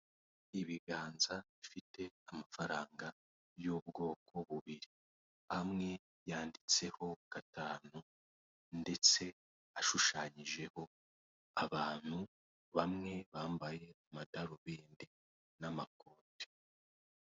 ibiganza bifite amafaranga y'ubwoko bubiri, amwe yanditseho gatanu ndetse ashushanyijeho abantu bamwe bambaye amadarubindi n'amakoti.